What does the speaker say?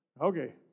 Okay